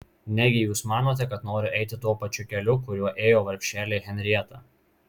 negi jūs manote kad noriu eiti tuo pačiu keliu kuriuo ėjo vargšelė henrieta